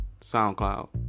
SoundCloud